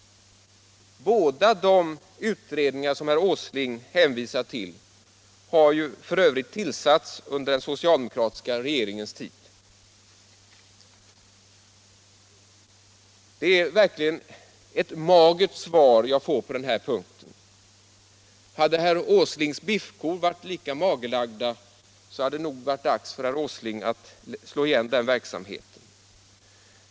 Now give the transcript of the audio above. Båda de utredningar som herr Åsling hänvisar till har f. ö. tillsatts under den socialdemokratiska regeringens tid. Det är verkligen ett magert svar jag får på den punkten. Hade herr Åslings biffkor varit lika magerlagda, så hade det nog varit dags för herr Åsling att slå igen den verksamheten.